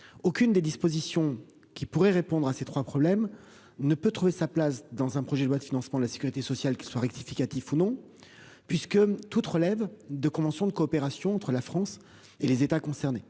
Aucune des dispositions qui pourraient répondre à ces 3 problèmes ne peut trouver sa place dans un projet de loi de financement de la Sécurité sociale qui soit rectificatif ou non puisque toute relèvent de conventions de coopération entre la France et les États concernés.